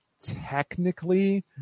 technically